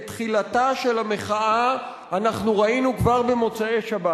את תחילתה של המחאה אנחנו ראינו כבר במוצאי-שבת.